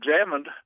examined